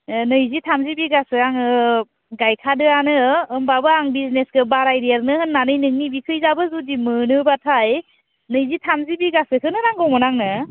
नैजि थामजि बिगासो आङो गायखादोआनो होमब्लाबो आं बिजनेसखो बारादेरनो होननानैनों नोंनो बिखैजाबो जुदि मोनोब्लाथाय नैजि थामजि बिगासोखोनो नांगौमोन आंनो